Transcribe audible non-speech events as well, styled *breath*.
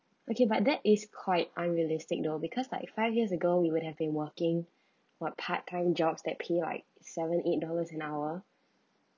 okay but that is quite unrealistic though because like five years ago we would have been working *breath* a part time job that pay like seven eight dollars an hour